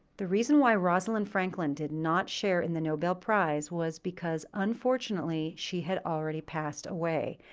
the reason why rosalind franklin did not share in the nobel prize was because, unfortunately, she had already passed away,